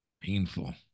Painful